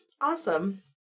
Awesome